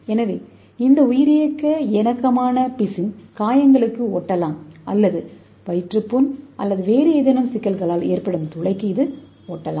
எனவே இந்த உயிரியக்க இணக்கமான பிசினை காயங்களுக்கு முத்திரையிடலாம் அல்லது வயிற்றுப் புண் அல்லது வேறு ஏதேனும் சிக்கல்களால் ஏற்படும் துளைக்கு இதை ஒட்டலாம்